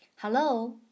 Hello